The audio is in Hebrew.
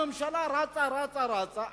הממשלה רצה רצה רצה,